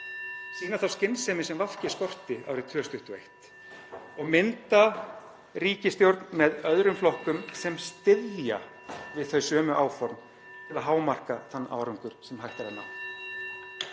sýna þá skynsemi sem VG skorti árið 2021 og mynda ríkisstjórn með öðrum flokkum sem styðja við þau sömu áform til að hámarka þann árangur sem hægt er að ná.